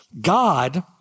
God